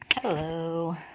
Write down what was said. hello